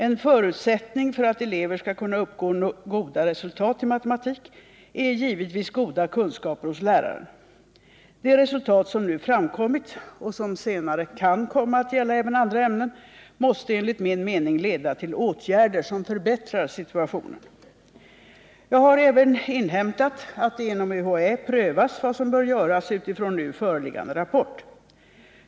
En förutsättning för att elever skall kunna uppnå goda resultat i matematik är givetvis goda kunskaper hos läraren. Det resultat som nu framkommit — och som senare kan komma att gälla även andra ämnen — måste enligt min mening leda till åtgärder som förbättrar situationen. Jag har även inhämtat att det inom UHÄ prövas vad som bör göras utifrån nu föreliggande rapport.